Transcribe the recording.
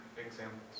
examples